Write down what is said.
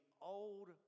old